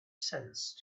sense